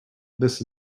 this